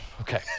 Okay